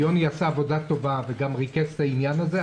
יוני עשה עבודה טובה וגם ריכז את העניין הזה,